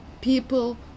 people